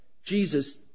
Jesus